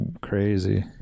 crazy